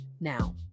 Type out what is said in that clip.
now